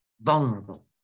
vulnerable